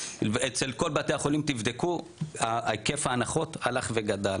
אצל כל בתי החולים, תבדקו, היקף ההנחות הלך וגדל,